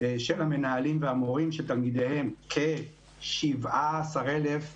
של המנהלים והמורים שתלמידיהם כ-17 אלף תלמידים,